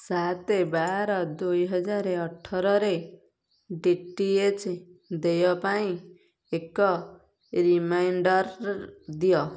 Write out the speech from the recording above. ସାତ ବାର ଦୁଇହଜାର ଅଠରରେ ଡି ଟି ଏଚ୍ ଦେୟ ପାଇଁ ଏକ ରିମାଇଣ୍ଡର୍ ଦିଅ